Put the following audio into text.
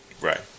Right